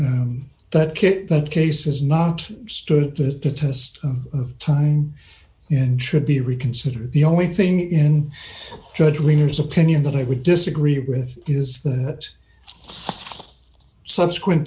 kit that case has not stood the test of time and should be reconsidered the only thing in judge reamers opinion that i would disagree with is that subsequent